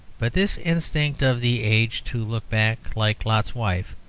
but this instinct of the age to look back, like lot's wife,